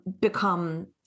become